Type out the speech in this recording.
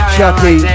Chucky